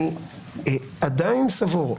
אני עדיין סבור,